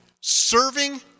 Serving